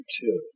two